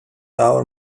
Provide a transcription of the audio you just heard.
our